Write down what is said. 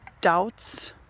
doubts